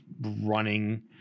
running